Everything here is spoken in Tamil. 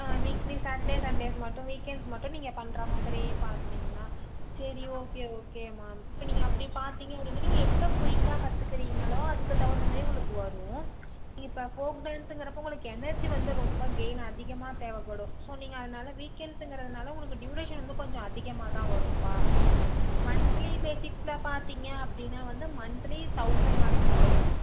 ஆ வீக்லி சாட்டர்டே சண்டேஸ் மட்டும் வீக்கெண்ட்ஸ் மட்டும் நீங்கள் பண்ணுற மாதிரி பார்க்குறீங்களா சரி ஓகே ஓகே மேம் இப்போ நீங்கள் அப்படி பார்த்தீங்க அப்படின்னா நீங்கள் எவ்வளோ குயிக்காக கற்றுக்குறீங்களோ அதுக்கு தகுந்த மாதிரி உங்களுக்கு வரும் நீங்கள் இப்போ ஃபோக் டான்ஸுங்கிறப்ப உங்களுக்கு எனர்ஜி வந்து ரொம்ப கெயின் அதிகமாக தேவைப்படும் ஸோ நீங்கள் அதனால் வீக்கெண்ட்ஸுங்கிறதுனால உங்களுக்கு டியூரேஷன் வந்து கொஞ்சம் அதிகமாகதான் வரும்ப்பா மந்த்லி பேஸிக்ஸ்கில் பார்த்தீங்க அப்படின்னா வந்து மந்த்லி தௌசண்ட் வரைக்கும் வரும்